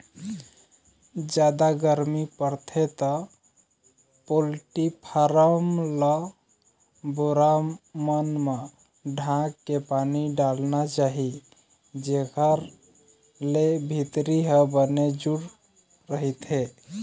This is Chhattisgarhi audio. जादा गरमी परथे त पोल्टी फारम ल बोरा मन म ढांक के पानी डालना चाही जेखर ले भीतरी ह बने जूड़ रहिथे